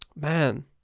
Man